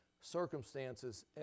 circumstances